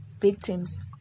victims